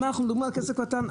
אנחנו מדברים על כסף קטן.